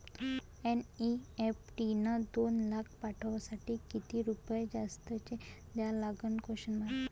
NEFT न दोन लाख पाठवासाठी किती रुपये जास्तचे द्या लागन?